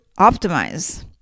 optimize